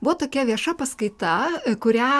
buvo tokia vieša paskaita kurią